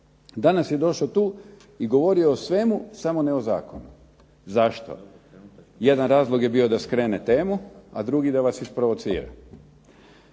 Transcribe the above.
Danas je došao tu i govorio o svemu samo ne o Zakonu. Jedan razlog je bio da skrene temu, drugi razlog da vas isprovocira.